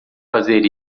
fazer